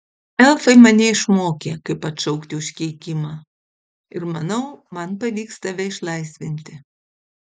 elfai mane išmokė kaip atšaukti užkeikimą ir manau man pavyks tave išlaisvinti